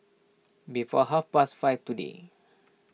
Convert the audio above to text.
before half past five today